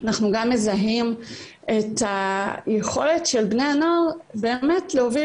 אנחנו גם מזהים את היכולת של בני הנוער באמת להוביל